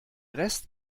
rest